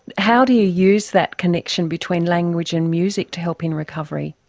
how do you use that connection between language and music to help in recovery?